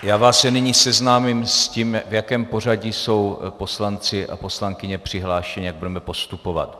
Já vás nyní seznámím s tím, v jakém pořadí jsou poslanci a poslankyně přihlášeni, jak budeme postupovat.